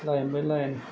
line by line